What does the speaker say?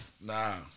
Nah